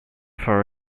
for